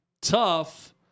tough